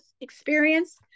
experience